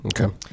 Okay